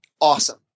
awesome